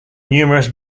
numerous